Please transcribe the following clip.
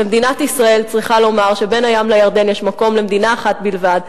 ומדינת ישראל צריכה לומר שבין הים לירדן יש מקום למדינה אחת בלבד,